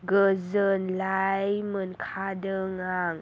गोजोन्नाय मोनखांदों आं